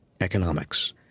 economics